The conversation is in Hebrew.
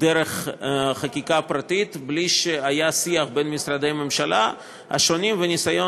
דרך חקיקה פרטית בלי שהיה שיח בין משרדי הממשלה השונים וניסיון